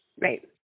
right